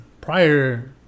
prior